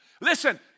Listen